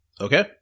Okay